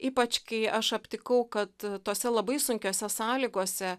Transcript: ypač kai aš aptikau kad tose labai sunkiose sąlygose